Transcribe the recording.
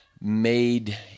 made